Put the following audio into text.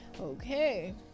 Okay